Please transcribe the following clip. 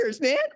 Man